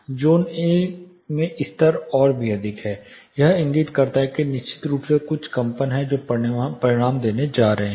zone A में स्तर और भी अधिक हैं यह इंगित करता है कि निश्चित रूप से कुछ कंपन हैं जो परिणाम देने जा रहे हैं